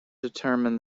determine